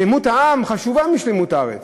שלמות העם חשובה משלמות הארץ.